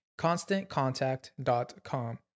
ConstantContact.com